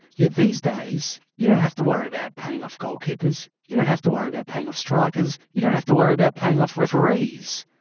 yeah these days you don't have to worry about paying off goal keepers, you don't have to worry about paying off strikers, you don't have to worry about paying off referees.